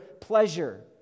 pleasure